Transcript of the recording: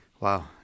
wow